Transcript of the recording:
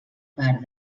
part